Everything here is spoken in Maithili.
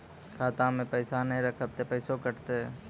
खाता मे पैसा ने रखब ते पैसों कटते?